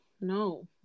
no